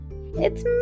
It's